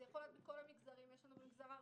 זה יכול להיות בכל המגזרים יש לנו במגזר הערבי,